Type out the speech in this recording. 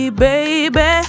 baby